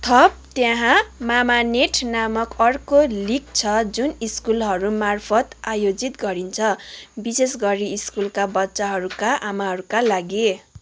थप त्यहाँ मामानेट नामक अर्को लिग छ जुन सकुलहरू मार्फत आयोजित गरिन्छ विशेष गरी सकुलका बच्चाहरूका आमाहरूका लागि